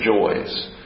joys